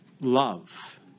love